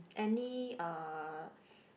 any uh